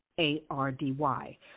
A-R-D-Y